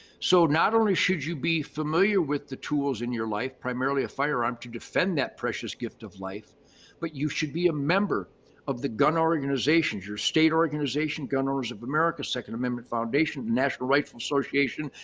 so not only should you be familiar with the tools in your life, primarily a firearm to defend that precious gift of life but you should be a member of the gun organizations, your state organization, gun owners of america, second amendment foundation, national rifle association.